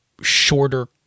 shorter